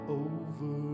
over